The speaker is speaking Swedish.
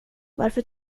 varför